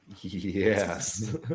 Yes